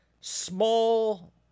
small